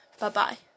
Bye-bye